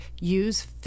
use